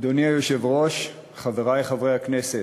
אדוני היושב-ראש, חברי חברי הכנסת,